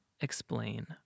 explain